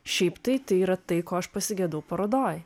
šiaip tai yra tai ko aš pasigedau parodoj